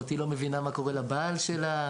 היא לא מבינה מה קורה לבעל שלה".